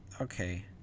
Okay